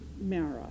Mara